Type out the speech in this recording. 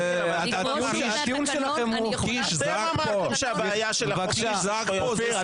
הטיעון שלכם הוא --- אתם אמרתם שהבעיה של החוק --- אופיר,